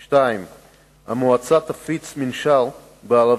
2. המועצה תפיץ לתושבי האזור מנשר בערבית